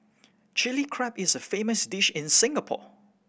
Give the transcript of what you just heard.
Chilli Crab is a famous dish in Singapore